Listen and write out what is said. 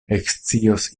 ekscios